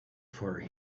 for